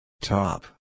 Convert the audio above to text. Top